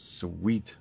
Sweet